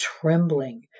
trembling